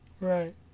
Right